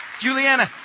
Juliana